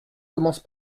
commence